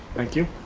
thank you.